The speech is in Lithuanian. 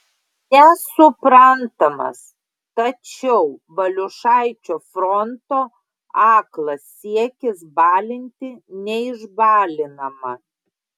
nesuprantamas tačiau valiušaičio fronto aklas siekis balinti neišbalinamą